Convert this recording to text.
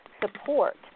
support